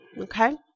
okay